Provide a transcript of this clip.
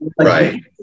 Right